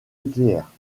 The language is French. nucléaire